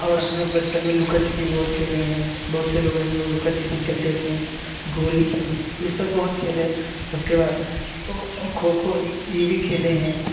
और हम लोग बचपन में लुका छुपी बहुत खेले हैं बहुत से लोग ऐसे हम लोग लुका छुपी खेलते थे गोली खेलें ये सब बहुत खेल उसके बाद खो खो ये भी खेले हैं